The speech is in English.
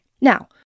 Now